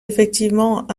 effectivement